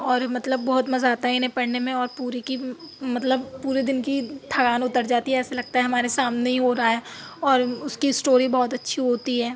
اور مطلب بہت مزہ آتا ہے اِنہیں پڑھنے میں اور پوری کی مطلب پورے دِن کی تھکان اُتر جاتی ہے ایسا لگتا ہے ہمارے سامنے ہی ہو رہا ہے اور اُس کی اسٹوری بہت اچھی ہوتی ہے